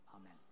Amen